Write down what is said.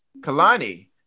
Kalani